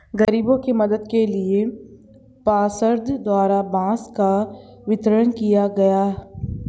गरीबों के मदद के लिए पार्षद द्वारा बांस का वितरण किया गया